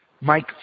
Mike